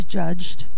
judged